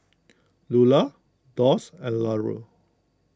Lula Doss and Larue